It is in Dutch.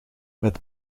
met